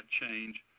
change